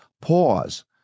pause